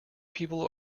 people